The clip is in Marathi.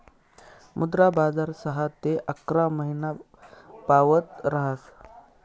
मुद्रा बजार सहा ते अकरा महिनापावत ऱहास